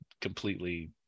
completely